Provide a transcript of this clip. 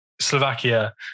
Slovakia